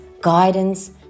guidance